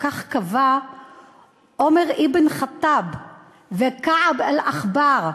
כך קבעו עומר אבן אל-ח'טאב וכעב אל-אחבאר.